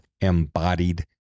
embodied